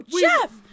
Jeff